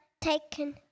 taken